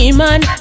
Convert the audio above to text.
man